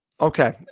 Okay